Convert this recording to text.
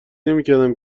نمیکردم